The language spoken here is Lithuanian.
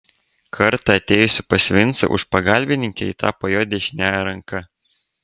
kartą atėjusi pas vincą už pagalbininkę ji tapo jo dešiniąja ranka